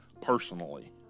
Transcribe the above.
personally